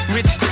Rich